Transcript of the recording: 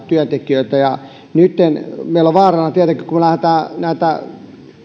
työntekijöitä ja nytten meillä on vaarana tietenkin kun me lähdemme näitä